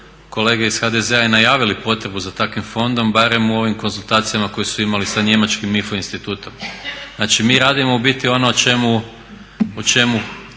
kolege iz HDZ-a i najavili potrebu za takvim fondom barem u ovim konzultacijama koje su imali sa njemačkim IFO institutom. Znači mi radimo u biti ono u čemu